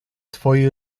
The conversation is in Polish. twoi